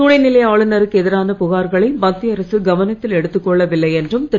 துணைநிலை ஆளுனருக்கு எதிரான புகார்களை மத்திய அரசு கவனத்தில் எடுத்துக்கொள்ளவில்லை என்றும் திரு